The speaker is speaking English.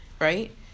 right